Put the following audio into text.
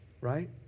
right